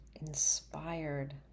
inspired